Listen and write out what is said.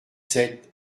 sept